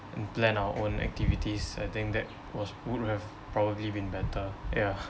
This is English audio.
and planned our own activities I think that was would have probably been better ya